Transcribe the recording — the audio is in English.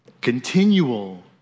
Continual